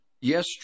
yes